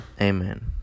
Amen